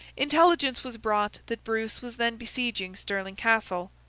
intelligence was brought that bruce was then besieging stirling castle,